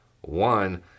One